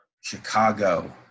Chicago